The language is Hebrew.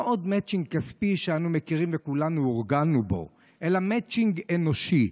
לא עוד מצ'ינג כספי שאנו מכירים וכולנו הורגלנו בו אלא מצ'ינג אנושי,